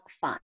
fun